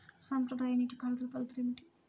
సాంప్రదాయ నీటి పారుదల పద్ధతులు ఏమిటి?